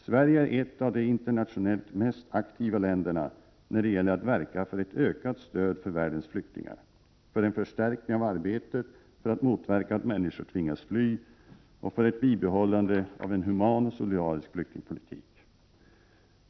Sverige är ett av de internationellt mest aktiva länderna när det gäller att verka för ett ökat stöd för världens flyktingar, för en förstärkning av arbetet för att motverka att människor tvingas fly och för ett bibehållande av en human och solidarisk flyktingpolitik.